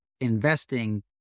investing